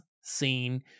scene